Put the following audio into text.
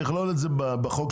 נכלול את זה בחוק,